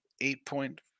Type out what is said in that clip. eight-point